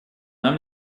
нам